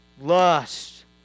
lust